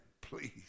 please